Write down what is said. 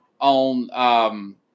on –